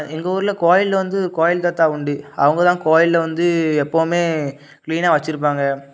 எங்கள் ஊரில் கோவில் வந்து கோவில் தாத்தா உண்டு அவங்க தான் கோவில்ல வந்து எப்பவும் க்ளீனாக வச்சிருப்பாங்க